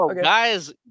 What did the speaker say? Guys